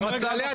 לא.